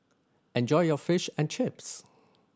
enjoy your Fish and Chips